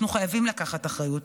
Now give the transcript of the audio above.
אנחנו חייבים לקחת אחריות,